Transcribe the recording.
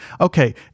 okay